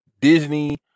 Disney